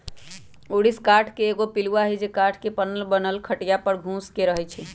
ऊरिस काठ के एगो पिलुआ हई जे काठ के बनल पलंग खटिया पर घुस के रहहै